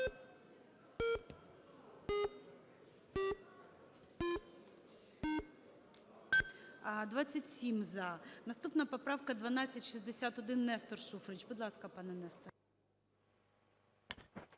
За-27 Наступна поправка – 1261, Нестор Шуфрич. Будь ласка, пане Несторе.